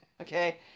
Okay